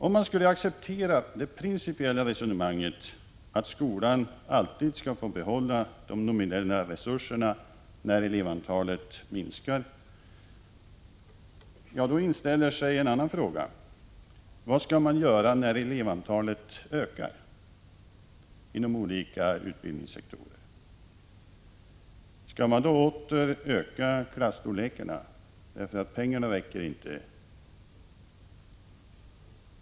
Om man skulle acceptera det principiella resonemanget att skolan alltid skall få behålla de nominella resurserna, när antalet elever minskar, inställer sig en annan fråga: Vad skall man göra när elevantalet ökar inom olika utbildningssektorer? Skall man då åter öka klasstorlekarna, därför att pengarna inte räcker?